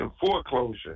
foreclosure